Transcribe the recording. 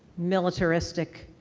militaristic,